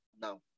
now